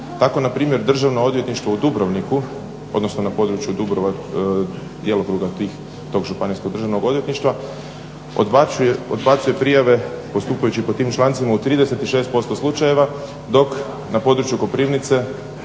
Tako npr. Državno odvjetništvo u Dubrovniku odnosno na području djelokruga tog županijskog državnog odvjetništva odbacuje prijave postupajući po tim člancima u 36% slučajeva dok na području Koprivnice